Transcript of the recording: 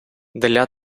для